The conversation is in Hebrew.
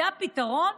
זה הפתרון?